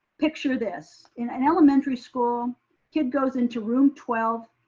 picture this, in an elementary school kid goes into room twelve.